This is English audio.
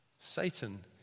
Satan